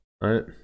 right